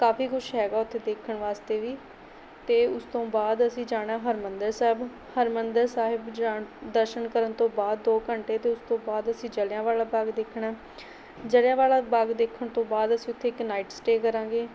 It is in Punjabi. ਕਾਫੀ ਕੁਛ ਹੈਗਾ ਉੱਥੇ ਦੇਖਣ ਵਾਸਤੇ ਵੀ ਅਤੇ ਉਸ ਤੋਂ ਬਾਅਦ ਅਸੀਂ ਜਾਣਾ ਹਰਿਮੰਦਰ ਸਾਹਿਬ ਹਰਿਮੰਦਰ ਸਾਹਿਬ ਜਾਣ ਦਰਸ਼ਨ ਕਰਨ ਤੋਂ ਬਾਅਦ ਦੋ ਘੰਟੇ ਅਤੇ ਉਸ ਤੋਂ ਬਾਅਦ ਅਸੀਂ ਜਲ੍ਹਿਆਂਵਾਲਾ ਬਾਗ ਦੇਖਣਾ ਜਲ੍ਹਿਆਂਵਾਲਾ ਬਾਗ ਦੇਖਣ ਤੋਂ ਬਾਅਦ ਅਸੀਂ ਉੱਥੇ ਇੱਕ ਨਾਈਟ ਸਟੇਅ ਕਰਾਂਗੇ